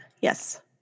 yes